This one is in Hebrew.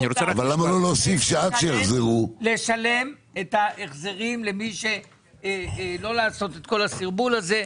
אני אומר שצריך לשלם את ההחזרים ולא לעשות את כל הסרבול הזה.